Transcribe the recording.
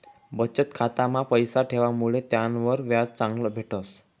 बचत खाता मा पैसा ठेवामुडे त्यानावर व्याज चांगलं भेटस